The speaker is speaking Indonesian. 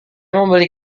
membeli